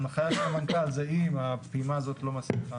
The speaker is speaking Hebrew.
ההנחיה של המנכ"ל שאם הפעימה הזאת לא מספיקה,